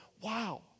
wow